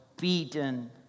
beaten